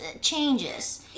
changes